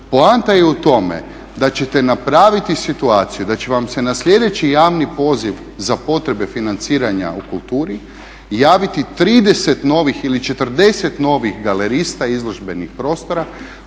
Poanta je u tome da ćete napraviti situaciju da će vam se na slijedeći javni poziv za potrebe financiranja u kulturi javiti 30 novih ili 40 novih galerista i izložbenih prostora